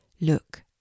Look